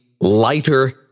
lighter